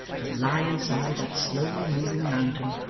to lie inside that slowly-moving mountain,